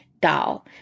doll